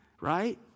right